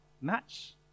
match